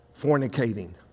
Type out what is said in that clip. fornicating